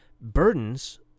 Burdens